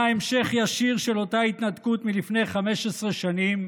המשך ישיר של אותה ההתנתקות מלפני 15 שנים,